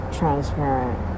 transparent